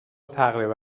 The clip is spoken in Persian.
تقریبا